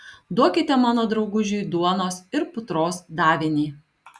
duokite mano draugužiui duonos ir putros davinį